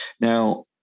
Now